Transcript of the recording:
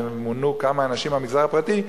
שמונו כמה אנשים מהמגזר הפרטי,